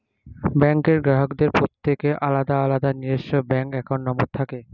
ব্যাঙ্কের গ্রাহকদের প্রত্যেকের আলাদা আলাদা নিজস্ব ব্যাঙ্ক অ্যাকাউন্ট নম্বর থাকে